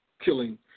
killing